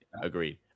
agreed